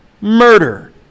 murder